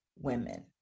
women